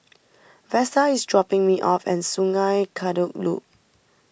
Vesta is dropping me off at Sungei Kadut Loop